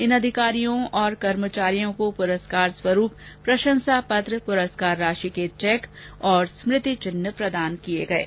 इन अधिकारियों और कर्मचारियों को पुरस्कार स्वरूप प्रशंसा पत्र पुरस्कार राशि के चेक और और स्मृति चिन्ह प्रदान किये गये